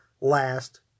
last